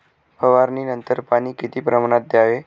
फवारणीनंतर पाणी किती प्रमाणात द्यावे?